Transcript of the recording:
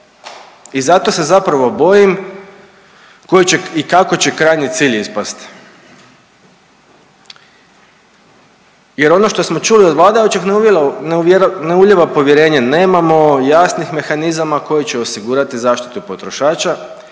I zato se zapravo bojim koji će i kako će krajnji cilj ispasti jer ono Odbor za turizam smo čuli od vladajućih, ne ulijeva povjerenje, nemamo jasnih mehanizama koji će osigurati zaštitu potrošača,